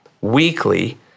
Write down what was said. Weekly